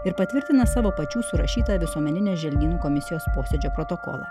ir patvirtina savo pačių surašytą visuomeninę želdynų komisijos posėdžio protokolą